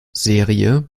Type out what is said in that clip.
serie